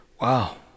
Wow